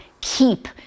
Keep